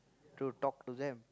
to talk to them